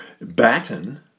batten